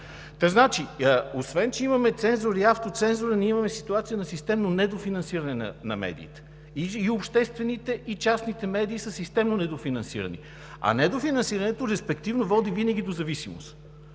Значи, освен че имаме цензура и автоцензура, ние имаме и ситуация на системно недофинансиране на медиите – и обществените, и частните медии са системно недофинансирани. А недофинансирането респективно води винаги до зависимост.